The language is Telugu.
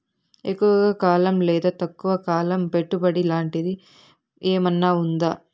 ఎక్కువగా కాలం లేదా తక్కువ కాలం పెట్టుబడి లాంటిది ఏమన్నా ఉందా